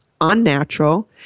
unnatural